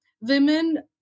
women